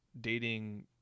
dating